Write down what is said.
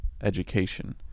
education